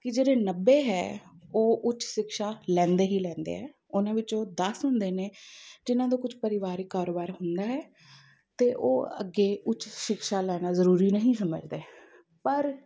ਕਿ ਜਿਹੜੇ ਨੱਬੇ ਹੈ ਉਹ ਉੱਚ ਸ਼ਿਕਸ਼ਾ ਲੈਂਦੇ ਹੀ ਲੈਂਦੇ ਹੈ ਉਹਨਾਂ ਵਿੱਚੋਂ ਦਸ ਹੁੰਦੇ ਨੇ ਜਿਹਨਾਂ ਦਾ ਕੁਝ ਪਰਿਵਾਰਿਕ ਕਾਰੋਬਾਰ ਹੁੰਦਾ ਹੈ ਅਤੇ ਉਹ ਅੱਗੇ ਉੱਚ ਸ਼ਿਕਸ਼ਾ ਲੈਣਾ ਜ਼ਰੂਰੀ ਨਹੀਂ ਸਮਝਦੇ ਪਰ